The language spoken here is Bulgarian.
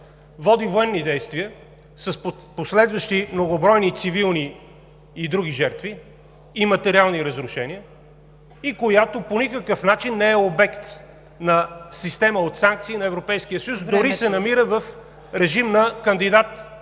води военни действия с последващи многобройни цивилни и други жертви, материални разрушения. Тя по никакъв начин не е обект на система от санкции на Европейския съюз, а дори се намира в режим на кандидат-член.